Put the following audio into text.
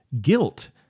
guilt